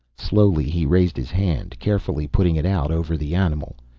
slowly he raised his hand. carefully putting it out, over the animal.